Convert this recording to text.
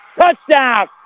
Touchdown